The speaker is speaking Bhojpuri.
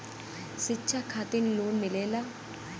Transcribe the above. शिक्षा खातिन लोन मिलेला?